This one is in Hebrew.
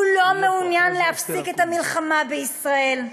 הוא לא מעוניין להפסיק את המלחמה בישראל,